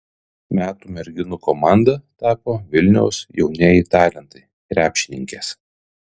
metų merginų komanda tapo vilniaus jaunieji talentai krepšininkės